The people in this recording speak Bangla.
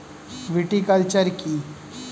ভিটিকালচার কী?